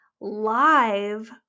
live